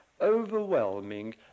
overwhelming